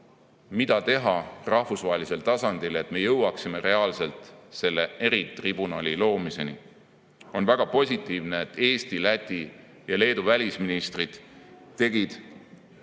mida teha rahvusvahelisel tasandil, et me jõuaksime reaalselt selle eritribunali loomiseni. On väga positiivne, et hiljuti tegid Eesti, Läti ja Leedu välisministrid